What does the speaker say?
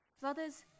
Brothers